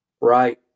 Right